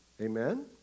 amen